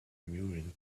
mewing